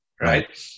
Right